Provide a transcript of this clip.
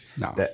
No